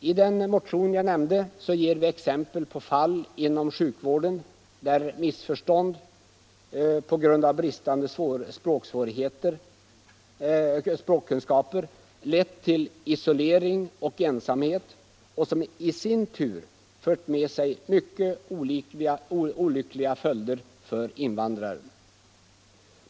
I den motion som jag nämnde ger vi exempel på fall inom sjukvården, där missförstånd på grund av bristande språkkunskaper har lett till isolering och ensamhet, som i sin tur fört med sig mycket olyckliga följder för invandrare.